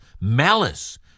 malice